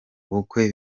ubukwe